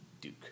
Duke